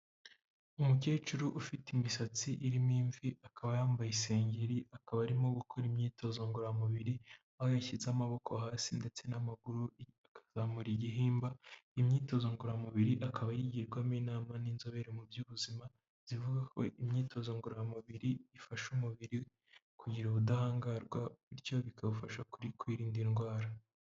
Umukecuru ufite imisatsi irimo imvi, akaba yambaye isengeri, akaba arimo gukora imyitozo ngororamubiri, aho yashyize amaboko hasi ndetse n'amaguru akazamura igihimba, imyitozo ngororamubiri akaba ayigirwamo inama n'inzobere mu by'ubuzima, zivuga ko imyitozo ngororamubiri ifasha umubiri kugira ubudahangarwa, bityo bikabafasha kwirinda indwara.